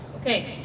Okay